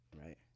Right